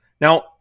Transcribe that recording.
Now